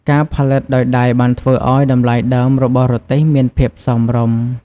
ការផលិតដោយដៃបានធ្វើឱ្យតម្លៃដើមរបស់រទេះមានភាពសមរម្យ។